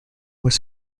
was